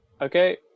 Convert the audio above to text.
Okay